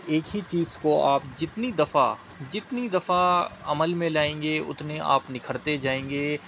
ایک ہی چیز کو آپ جتنی دفعہ جتنی دفعہ عمل میں لائیں گے اتنے آپ نکھرتے جائیں گے